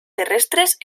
terrestres